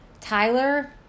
Tyler